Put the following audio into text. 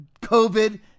COVID